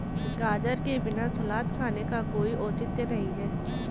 गाजर के बिना सलाद खाने का कोई औचित्य नहीं है